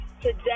Today